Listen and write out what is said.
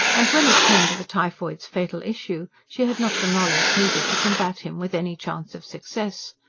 and when it came to the typhoid's fatal issue, she had not the knowledge needed to combat him with any chance of success.